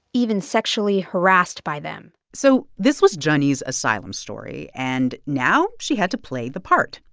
even sexually harassed by them so this was zhenyi's asylum story. and now she had to play the part.